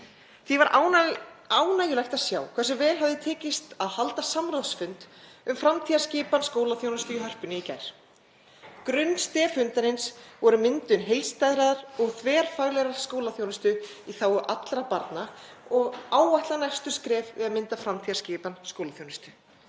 ákaflega ánægjulegt að sjá hversu vel tókst að halda samráðsfund um framtíðarskipan skólaþjónustu í Hörpu í gær. Grunnstef fundarins voru myndun heildstæðrar og þverfaglegrar skólaþjónustu í þágu allra barna og áætluð næstu skref við að móta framtíðarskipan skólaþjónustu.